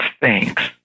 thanks